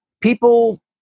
people